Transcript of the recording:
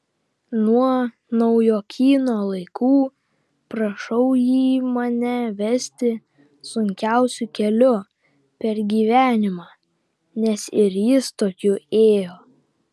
nuo naujokyno laikų prašau jį mane vesti sunkiausiu keliu per gyvenimą nes ir jis tokiu ėjo